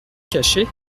cacher